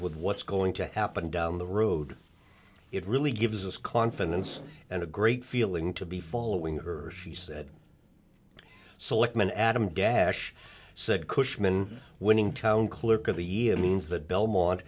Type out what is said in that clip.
with what's going to happen down the road it really gives us confidence and a great feeling to be following her she said selectman adam dash said cushman winning town clerk of the year means that belmont